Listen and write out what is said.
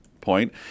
point